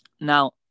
now